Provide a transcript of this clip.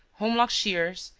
holmlock shears,